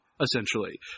essentially